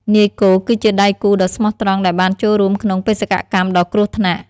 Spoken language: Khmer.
នាយគោគឺជាដៃគូដ៏ស្មោះត្រង់ដែលបានចូលរួមក្នុងបេសកកម្មដ៏គ្រោះថ្នាក់។